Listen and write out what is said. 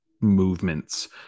movements